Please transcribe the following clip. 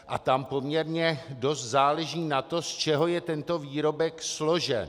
A tam poměrně dost záleží na tom, z čeho je tento výrobek složen.